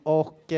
och